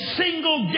single